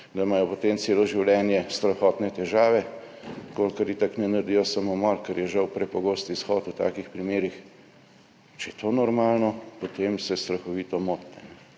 da imajo potem celo življenje strahotne težave, če itak ne naredijo samomora, kar je žal prepogost izhod v takih primerih, če je to normalno, potem se strahovito motite.